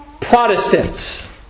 Protestants